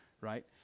right